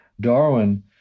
Darwin